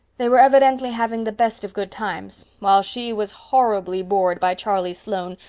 they were evidently having the best of good times, while she was horribly bored by charlie sloane,